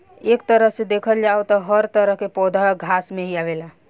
एक तरह से देखल जाव त हर तरह के पौधा घास में ही आवेला